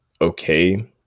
Okay